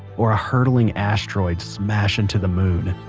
or a hurtling asteroid smash into the moon,